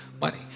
money